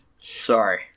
Sorry